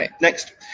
Next